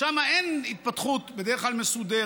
שם אין התפתחות מסודרת בדרך כלל,